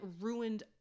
ruined